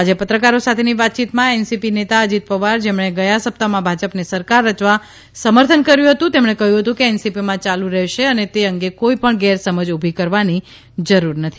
આજે પત્રકારો સાથેની વાતચીતમાં એનસીપી નેતા અજીત પવાર જેમણે ગયા સપ્તાહમાં ભાજપને સરકાર રચવા સમર્થન કર્યું હતું તેમણે કહ્યું કે તે એનસીપીમાં યાલુ રહેશે અને તે અંગે કોઇપણ ગેરસમજ ઉભી કરવાની જરૂર નથી